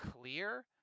clear